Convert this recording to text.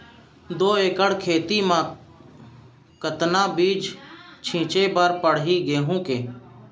दो एकड़ खेत म कतना बीज छिंचे बर पड़थे गेहूँ के?